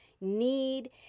need